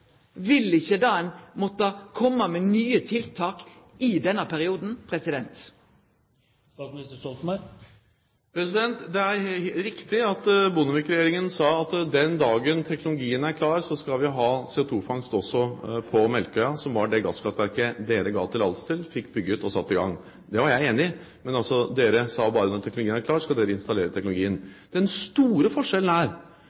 Vil ein ikkje da måtte kome med nye tiltak i denne perioden? Det er riktig at Bondevik-regjeringen sa at den dagen teknologien er klar, skal vi ha CO2-fangst også på Melkøya, altså på det gasskraftverket som dere ga tillatelse til, fikk bygd og satte i gang. Det var jeg enig i. Men dere sa at når bare teknologien er klar, skal dere installere teknologien. Den store forskjellen er